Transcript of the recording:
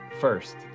First